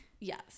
Yes